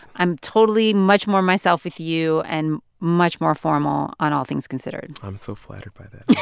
i'm totally much more myself with you and much more formal on all things considered i'm so flattered by that,